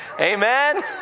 Amen